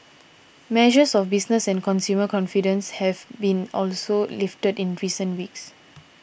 measures of business and consumer confidence have been also lifted in recent weeks